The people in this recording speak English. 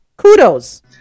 kudos